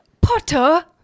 Potter